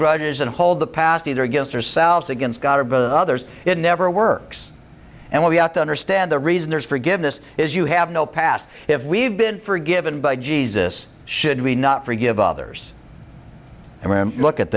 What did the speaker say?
grudges and hold the past either against ourselves against god or by the others it never works and we have to understand the reason there's forgiveness is you have no past if we've been forgiven by jesus should we not forgive others and we look at